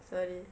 sorry